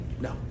No